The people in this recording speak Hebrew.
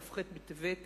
כ"ח בטבת התשע"ד,